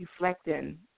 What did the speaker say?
reflecting